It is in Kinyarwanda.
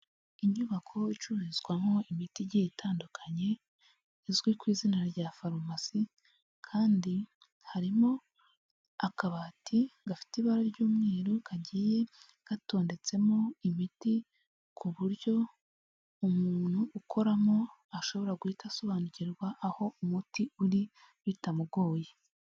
Inyubako icururizwamo imiti igiye itandukanye izwi ku izina rya farumasi kandi harimo akabati gafite ibara ry'umweru kagiye gatondetsemo imiti, ku buryo umuntu ukoramo ashobora guhita asobanukirwa aho umuti uri bitamugoye.